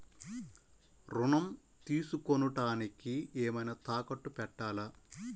ఋణం తీసుకొనుటానికి ఏమైనా తాకట్టు పెట్టాలా?